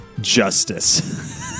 justice